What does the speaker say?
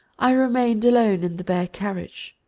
i remained alone in the bare carriage.